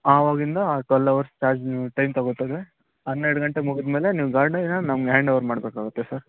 ಆವಾಗಿಂದ twelve hours charge ನೀವು time ತಗೊತಾರೆ ಹನ್ನೆರಡು ಗಂಟೆ ಮುಗಿದ್ಮೇಲೆ ನೀವು ಗಾಡಿನ ನಮ್ಗೆ ಹ್ಯಾಂಡ್ಓವರ್ ಮಾಡಬೇಕಾಗುತ್ತೆ ಸರ್